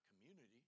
community